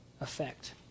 effect